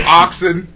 oxen